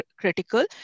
critical